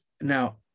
now